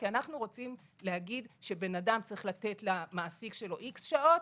כי אנחנו רוצים להגיד שדם צריך לתת למעסיק שלו X שעות,